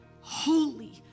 holy